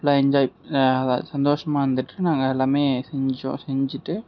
ஃபுல்லா என்ஜாய் சந்தோஷமாக இருந்துவிட்டு நாங்கள் எல்லாருமே செஞ்சோம் செஞ்சிட்டு